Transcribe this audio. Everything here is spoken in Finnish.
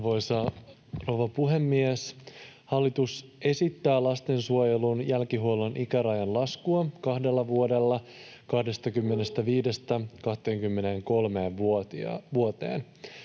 Arvoisa rouva puhemies! Hallitus esittää lastensuojelun jälkihuollon ikärajan laskua kahdella vuodella 25:stä 23 vuoteen.